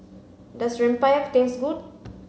does Rempeyek taste good